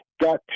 got